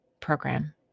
program